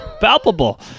palpable